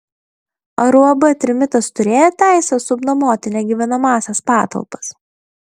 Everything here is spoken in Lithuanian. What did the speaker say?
ar uab trimitas turėjo teisę subnuomoti negyvenamąsias patalpas